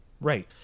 Right